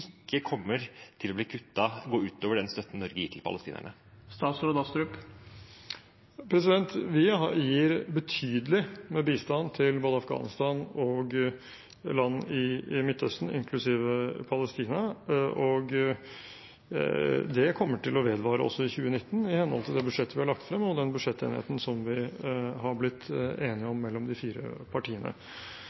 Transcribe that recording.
ikke kommer til å gå ut over støtten Norge gir til palestinerne. Vi gir betydelig bistand til både Afghanistan og land i Midtøsten, inklusive Palestina, og det kommer til å vedvare også i 2019, i henhold til budsjettenigheten mellom de fire partiene og budsjettet vi har lagt frem. Det er ingen tvil om at vi her snakker om land som har behov for bistand, og som